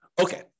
Okay